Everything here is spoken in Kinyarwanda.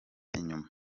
inyuma